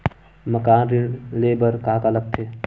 मकान ऋण ले बर का का लगथे?